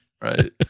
right